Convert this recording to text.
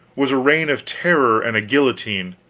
was a reign of terror and a guillotine,